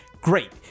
great